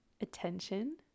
Attention